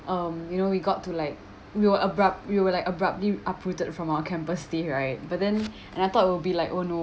um you know we got to like we were abrupt~ we were like abruptly uprooted from our campus stay right but then and I thought it would be like oh no